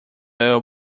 oil